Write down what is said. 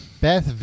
Beth